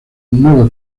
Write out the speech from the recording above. nueva